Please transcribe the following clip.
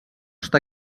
està